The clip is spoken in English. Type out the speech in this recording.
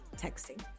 texting